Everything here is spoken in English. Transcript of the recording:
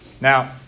Now